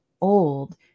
old